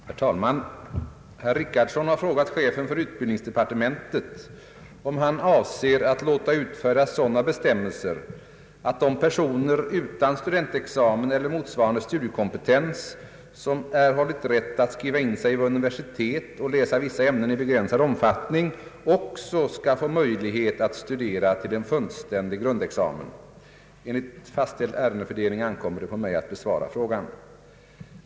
Herr talman! Herr Richardson har frågat chefen för utbildningsdepartementet om han avser att låta utfärda sådana bestämmelser, att de personer utan studentexamen eller motsvarande studiekompetens, som erhållit rätt att skriva in sig vid universitet och läsa vissa ämnen i begränsad omfattning, också skall få möjlighet att studera till en fullständig grundexamen. Enligt fastställd ärendefördelning ankommer det på mig att besvara frågan.